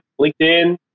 LinkedIn